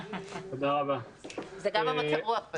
זה גם מצב הרוח.